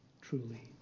truly